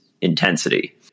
intensity